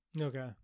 Okay